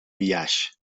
biaix